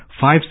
five